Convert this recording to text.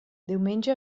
diumenge